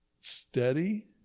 steady